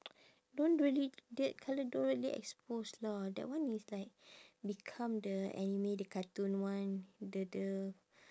don't do any dead colour don't really expose lah that one is like become the anime the cartoon one the the